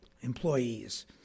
employees